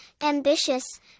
ambitious